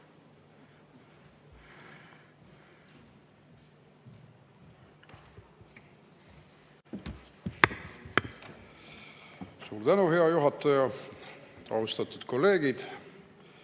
Suur tänu, hea juhataja! Austatud kolleegid!